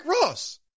Ross